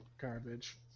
garbage